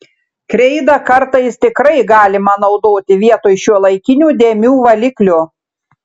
kreidą kartais tikrai galima naudoti vietoj šiuolaikinių dėmių valiklių